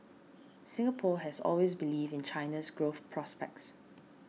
Singapore has always believed in China's growth prospects